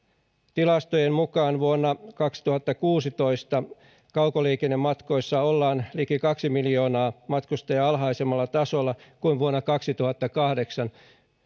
tilastojen mukaan vuonna kaksituhattakuusitoista kaukoliikennematkoissa ollaan liki kaksi miljoonaa matkustajaa alhaisemmalla tasolla kuin vuonna kaksituhattakahdeksan